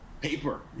paper